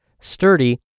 sturdy